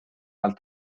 alt